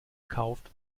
kauft